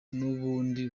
n’ubundi